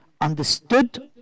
understood